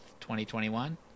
2021